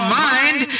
mind